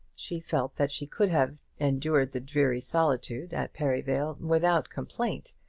she felt that she could have endured the dreary solitude at perivale without complaint,